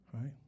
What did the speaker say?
right